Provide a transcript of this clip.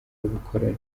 y’ubukoloni